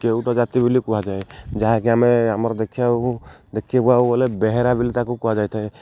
କେଉଟ ଜାତି ବୋଲି କୁହାଯାଏ ଯାହାକି ଆମେ ଆମର ଦେଖିବାକୁ ଦେଖିବାକୁ ଗଲେ ବେହେରା ବୋଲି ତାକୁ କୁହାଯାଇଥାଏ